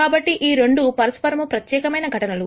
కాబట్టి ఈ రెండు పరస్పరము ప్రత్యేకమైన ఘటనలు